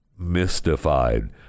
mystified